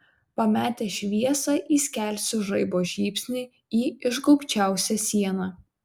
pametęs šviesą įskelsiu žaibo žybsnį į išgaubčiausią sieną